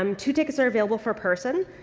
um two tickets are available for person,